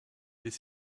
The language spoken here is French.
les